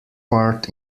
part